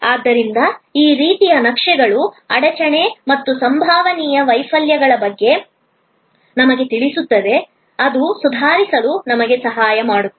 ಆದ್ದರಿಂದ ಈ ರೀತಿಯ ನಕ್ಷೆಗಳು ಅಡಚಣೆ ಮತ್ತು ಸಂಭವನೀಯ ವೈಫಲ್ಯಗಳ ಬಗ್ಗೆ ನಮಗೆ ತಿಳಿಸುತ್ತದೆ ಅದು ಸುಧಾರಿಸಲು ನಮಗೆ ಸಹಾಯ ಮಾಡುತ್ತದೆ